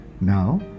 Now